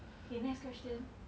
okay next question